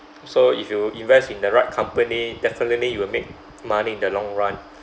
so if you invest in the right company definitely you will make money in the long run